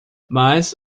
mas